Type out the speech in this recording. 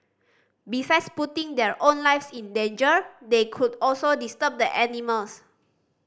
besides putting their own lives in danger they could also disturb the animals